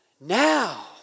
Now